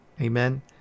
Amen